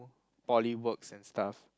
poly works and stuff